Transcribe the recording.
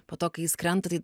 po to kai jis krenta tai